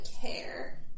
care